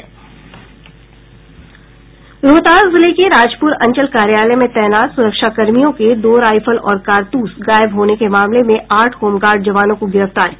रोहतास जिले के राजप्र अंचल कार्यालय में तैनात सुरक्षा कर्मियों के दो राइफल और कारतूस गायब होने के मामले में आठ होमगार्ड जवानों को गिरफ्तार किया गया